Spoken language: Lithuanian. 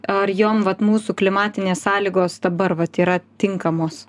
ar jom vat mūsų klimatinės sąlygos dabar vat yra tinkamos